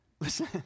Listen